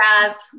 guys